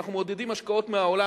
כשאנחנו מעודדים השקעות מהעולם,